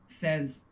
says